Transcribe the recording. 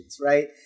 right